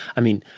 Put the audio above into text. i mean,